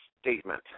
statement